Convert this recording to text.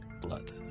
blood